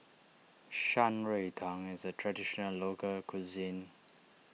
Shan Rui Tang is a Traditional Local Cuisine